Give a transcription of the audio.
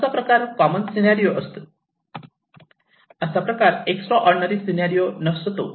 असा प्रकार common scenario असतो असा प्रकार एक्स्ट्रा ऑर्डिनरी सीनारिओ नसतो